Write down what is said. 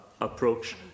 approach